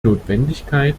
notwendigkeit